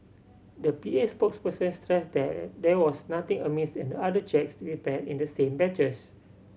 the P A spokesperson stressed that there was nothing amiss in the other cheques prepared in the same batches